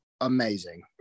amazing